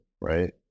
right